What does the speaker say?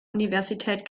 universität